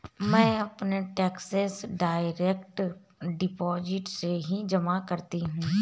मैं अपने taxes direct deposit से ही जमा करती हूँ